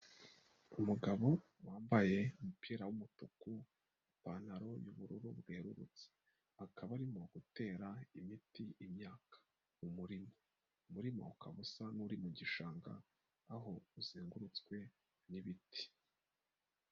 Umugabo wambaye umupira w'umutuku ipantaro y'ubururu bwerurutse, akaba arimo gutera imiti imyaka, umurima ukaba usa nk'uri mu gishanga, aho uzengurutswe n'ibiti.